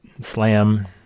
slam